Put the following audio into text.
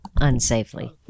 unsafely